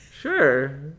Sure